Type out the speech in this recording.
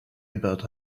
about